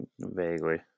Vaguely